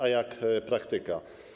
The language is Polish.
A jak praktyka?